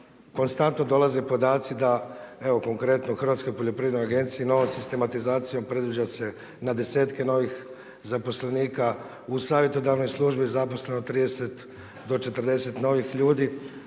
konstantno dolaze podaci, da evo konkretno Hrvatskoj poljoprivrednoj agenciji, novac i sistematizacijom predviđa se na 10-tke novih zaposlenika. U savjetodavnoj službi zaposleno je 30 do 40 novih ljudi,